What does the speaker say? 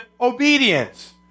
obedience